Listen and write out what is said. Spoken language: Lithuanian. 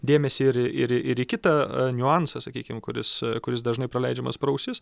dėmesį ir į ir į ir į kitą niuansą sakykim kuris kuris dažnai praleidžiamas pro ausis